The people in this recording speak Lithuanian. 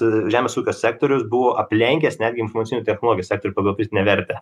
žemės ūkio sektorius buvo aplenkęs net informacinių technologijų sektorių pagal pridėtinę vertę